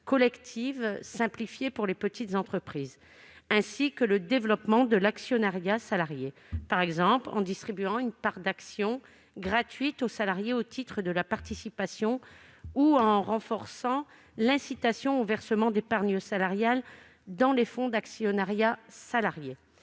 collective simplifiés pour les petites entreprises. Il propose en outre le développement de l'actionnariat salarié, par exemple en distribuant une part d'actions gratuites aux salariés au titre de la participation, ou en renforçant l'incitation au versement d'épargne salariale dans les fonds d'actionnariat salarié.